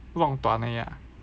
弄断而已啦